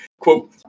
quote